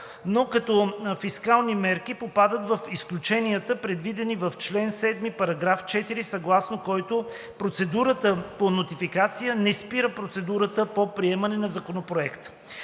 но като „фискални мерки“ попадат в изключенията, предвидени в чл. 7, § 4, съгласно който процедурата по нотификация не спира процедурата по приемане на Законопроекта.